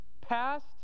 Past